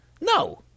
no